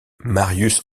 marius